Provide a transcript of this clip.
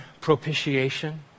propitiation